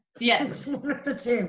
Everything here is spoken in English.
Yes